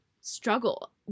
struggle